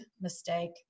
mistake